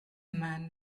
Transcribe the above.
man